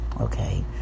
okay